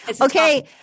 Okay